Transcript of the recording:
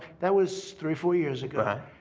that was three, four years ago.